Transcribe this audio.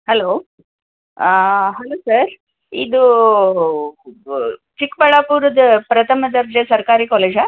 hello hello sir ಇದು ಬ ಚಿಕ್ಕಬಳ್ಳಾಪುರದ ಪ್ರಥಮ ದರ್ಜೆ ಸರ್ಕಾರಿ ಕಾಲೇಜಾ